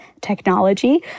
technology